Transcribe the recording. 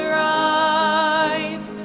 rise